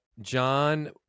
John